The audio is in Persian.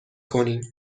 کنیم